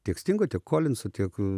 tiek stingo tiek kolinso tiek